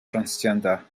transgender